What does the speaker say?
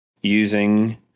using